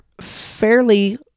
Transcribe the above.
fairly